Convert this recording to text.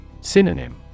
Synonym